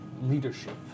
leadership